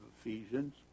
Ephesians